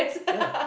yeah